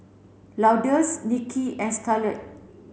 Lourdes Nikki and Scarlet